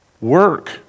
Work